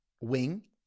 wing